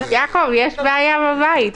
יעקב, יש בעיה בבית.